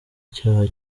icyaha